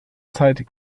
zeit